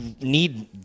need